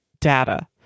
data